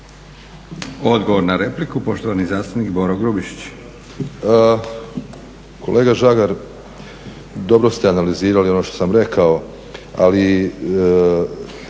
Odgovor na repliku poštovani zastupnik Boro Grubišić. **Grubišić, Boro (HDSSB)** Kolega žagar, dobro ste analizirali ono što sam rekao, ali